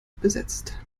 besetzt